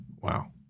wow